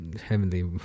heavenly